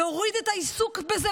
להוריד את העיסוק בזה,